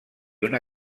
una